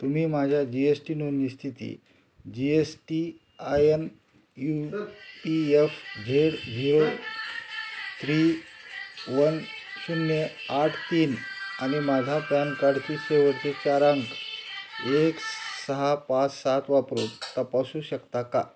तुम्ही माझ्या G S T नोंदणी स्थिती G S T I N U P F Z zero three one शून्य आठ तीन आणि माझा पॅन कार्डची शेवटचे चार अंक एक सहा पाच सात वापरून तपासू शकता का